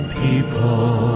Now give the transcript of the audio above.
people